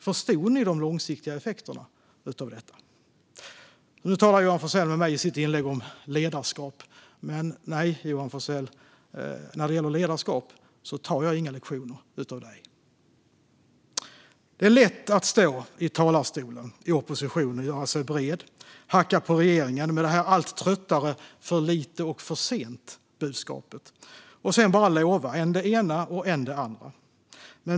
Förstod ni de långsiktiga effekterna av detta? I sitt inlägg talade Johan Forssell med mig om ledarskap, men nej, Johan Forssell - när det gäller ledarskap tar jag inga lektioner av dig. Det är lätt att i opposition stå i talarstolen, göra sig bred och hacka på regeringen med det allt tröttare budskapet om för lite och för sent - och sedan bara lova än det ena, än det andra.